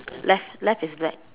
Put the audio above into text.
left left is black